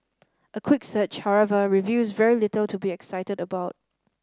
a quick search however reveals very little to be excited about